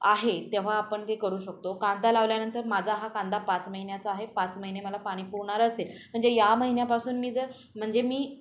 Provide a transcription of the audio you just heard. आहे तेव्हा आपण ते करू शकतो कांदा लावल्यानंतर माझा हा कांदा पाच महिन्याचा आहे पाच महिने मला पाणी पुरणार असेल म्हणजे या महिन्यापासून मी जर म्हणजे मी